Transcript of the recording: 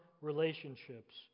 relationships